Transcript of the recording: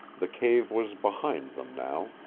the cave was behind them now.